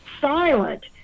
silent